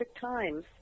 times